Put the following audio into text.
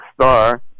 star